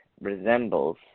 resembles